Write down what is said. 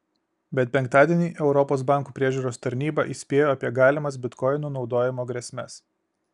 bet penktadienį europos bankų priežiūros tarnyba įspėjo apie galimas bitkoinų naudojimo grėsmes